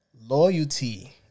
Loyalty